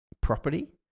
property